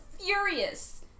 furious